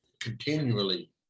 continually